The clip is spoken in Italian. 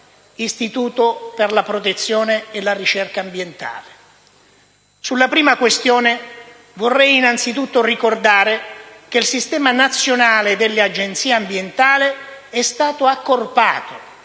l'Istituto per la protezione e la ricerca ambientale. Sulla prima questione, vorrei innanzi tutto ricordare che il Sistema nazionale delle Agenzie ambientali è stato accorpato,